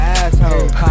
asshole